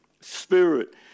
spirit